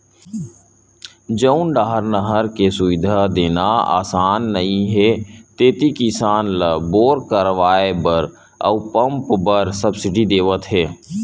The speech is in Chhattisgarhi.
जउन डाहर नहर के सुबिधा देना असान नइ हे तेती किसान ल बोर करवाए बर अउ पंप बर सब्सिडी देवत हे